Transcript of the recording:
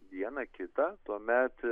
dieną kitą tuomet